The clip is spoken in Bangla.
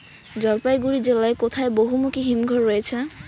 জলপাইগুড়ি জেলায় কোথায় বহুমুখী হিমঘর রয়েছে?